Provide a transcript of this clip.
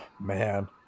man